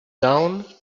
down